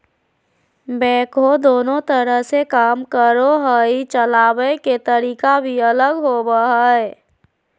backhoe दोनों तरह से काम करो हइ, चलाबे के तरीका भी अलग होबो हइ